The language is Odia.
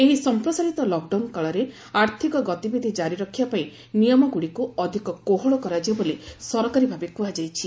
ଏହି ସମ୍ପ୍ରସାରିତ ଲକ୍ଡାଉନ୍ କାଳରେ ଆର୍ଥକ ଗତିବିଧି କାରି ରଖିବାପାଇଁ ନିୟମଗୁଡ଼ିକୁ ଅଧିକ କୋହଳ କରାଯିବ ବୋଲି ସରକାରୀଭାବେ କହାଯାଇଛି